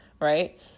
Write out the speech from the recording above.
right